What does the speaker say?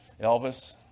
Elvis